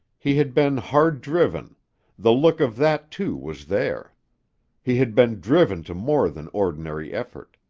he had been hard driven the look of that, too, was there he had been driven to more than ordinary effort.